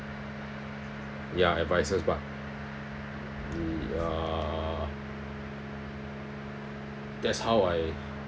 ya advices but the uh that's how I